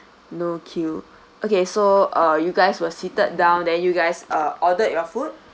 no queue okay so uh you guys were seated down then you guys uh ordered your food